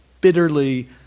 bitterly